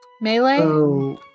Melee